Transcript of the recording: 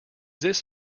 this